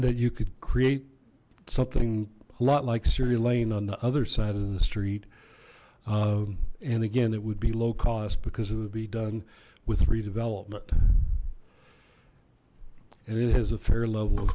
that you could create something a lot like siri lane on the other side of the street and again it would be low cost because it would be done with redevelopment and it has a fair l